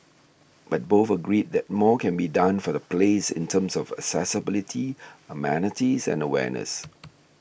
but both agreed that more can be done for the place in terms of accessibility amenities and awareness